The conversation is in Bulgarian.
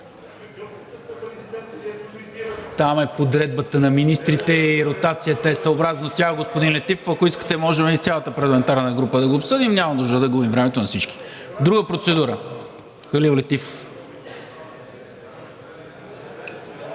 Там е подредбата на министрите и ротацията е съобразно тях, господин Летифов. Ако искате, можем и с цялата парламентарна група да го обсъдим, няма нужда да губим времето на всички. Халил Летифов.